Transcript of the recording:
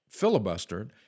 filibustered